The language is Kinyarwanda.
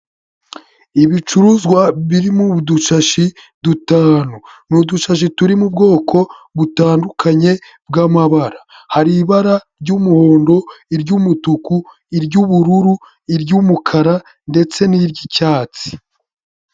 Ibicuruzwa biri mu dushashi dutanu. Ni udushashi turi mu bwoko butandukanye bw'amabara. Hari ibara ry'umuhondo, iry'umutuku, iry'ubururu, iry'umukara ndetse n'iry'icyatsi.